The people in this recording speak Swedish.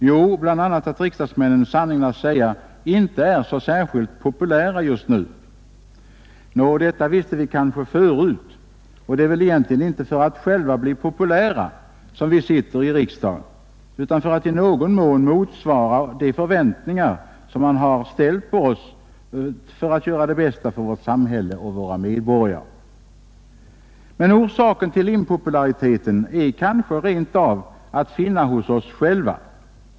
Jo, bl.a. att riksdagsmännen ”sanningen att säga” inte är så särskilt populära just nu. Detta visste vi kanske förut. Och det är väl egentligen inte för att själva bli populära som vi sitter i riksdagen utan för att i någon mån motsvara de förväntningar som ställs på oss att vi skall göra det bästa för vårt samhälle och våra medborgare. Men orsaken till impopulariteten är kanske rent av att finna hos oss själva.